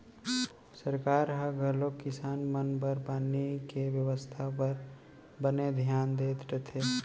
सरकार ह घलौक किसान मन बर पानी के बेवस्था बर बने धियान देत रथे